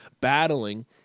battling